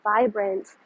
vibrant